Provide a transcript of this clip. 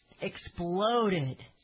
exploded